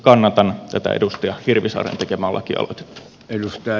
kannatan tätä edustaja hirvisaaren tekemää lakialoitetta